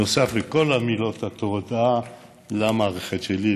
נוסף לכל מילות התודה למערכת שלי,